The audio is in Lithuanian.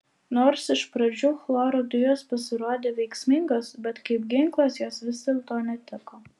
nors iš pradžių chloro dujos pasirodė veiksmingos bet kaip ginklas jos vis dėlto netiko